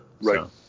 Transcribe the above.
right